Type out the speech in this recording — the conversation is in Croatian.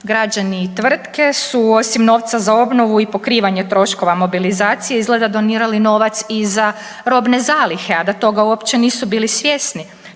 Građani i tvrtke su osim novca za obnovu i pokrivanja troškova mobilizacije izgleda donirali novac i za robne zalihe, a da toga uopće nisu bili svjesni.